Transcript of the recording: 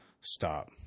stop